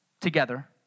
together